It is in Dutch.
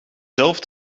zelf